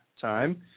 time